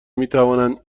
میتوانند